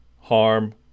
harm